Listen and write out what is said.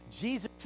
Jesus